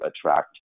attract